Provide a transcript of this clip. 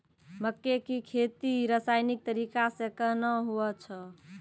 मक्के की खेती रसायनिक तरीका से कहना हुआ छ?